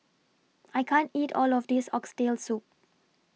I can't eat All of This Oxtail Soup